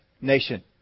nation